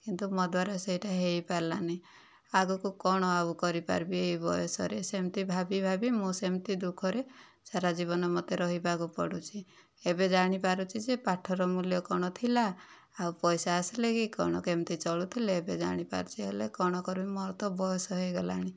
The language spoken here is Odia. କିନ୍ତୁ ମୋ ଦ୍ୱାରା ସେଇଟା ହୋଇପାରିଲାନି ଆଗକୁ କଣ ଆଉ କରିପାରିବି ଏ ବୟସରେ ସେମିତି ଭାବି ଭାବି ମୁଁ ସେମିତି ଦୁଃଖରେ ସାରା ଜୀବନ ମୋତେ ରହିବାକୁ ପଡ଼ୁଛି ଏବେ ଜାଣିପାରୁଛି ଯେ ପାଠର ମୂଲ୍ୟ କ'ଣ ଥିଲା ଆଉ ପଇସା ଆସିଲେ କି କ'ଣ କେମିତି ଚଳୁଥିଲେ ଏବେ ଜାଣିପାରୁଛି ହେଲେ କ'ଣ କରିବି ମୋର ତ ବୟସ ହୋଇଗଲାଣି